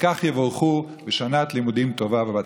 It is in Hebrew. על כך יבורכו בשנת לימודים טובה ובהצלחה.